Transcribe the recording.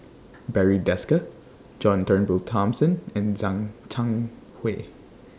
Barry Desker John Turnbull Thomson and Zhang Hui